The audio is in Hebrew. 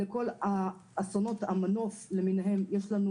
לכל אסונות המנוף למיניהם יש לנו